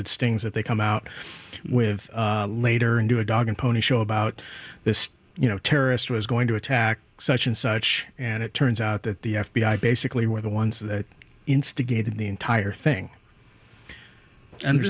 it's things that they come out with later and do a dog and pony show about this you know terrorist was going to attack such and such and it turns out that the f b i basically were the ones that instigated the entire thing and